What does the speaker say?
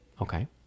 Okay